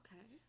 Okay